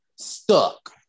stuck